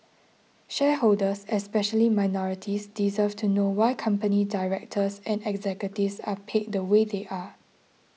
shareholders especially minorities deserve to know why company directors and executives are paid the way they are